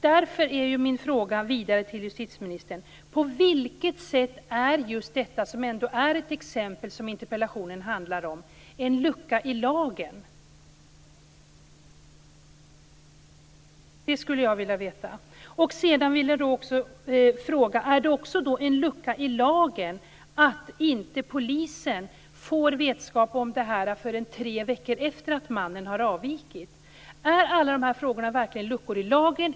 Därför är min fråga till justitieministern: På vilket sätt är det exempel som interpellationen handlar om en lucka i lagen? Sedan vill jag också fråga om det beror på en lucka i lagen att polisen inte får vetskap om detta förrän tre veckor efter att mannen har avvikit. Beror allt det verkligen på luckor i lagen?